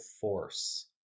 force